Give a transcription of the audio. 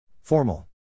Formal